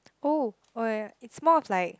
oh oh ya it's more of like